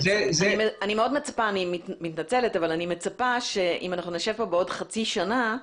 אני מתנצלת אבל אני מצפה שאם אנחנו נשב כאן בעוד חצי שנה,